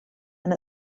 and